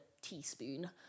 teaspoon